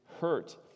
hurt